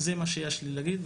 זה מה שיש לי להגיד.